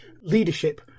leadership